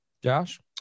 Josh